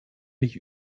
mich